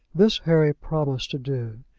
this harry promised to do,